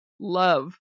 love